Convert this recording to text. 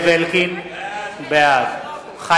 (קורא